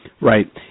Right